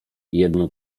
jedno